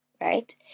right